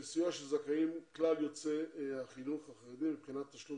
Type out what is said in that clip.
לו זכאים כלל יוצאי החינוך החרדי מבחינת תשלום